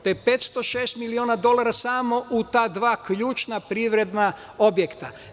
To je 506 miliona dolara samo u ta dva ključna privredna objekta.